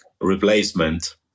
replacement